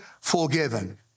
forgiven